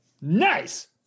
Nice